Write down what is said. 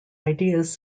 ideas